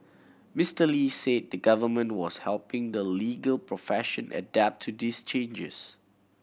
Mister Lee said the Government was helping the legal profession adapt to this changes